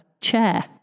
chair